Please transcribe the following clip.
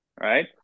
right